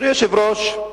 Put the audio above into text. אדוני היושב-ראש,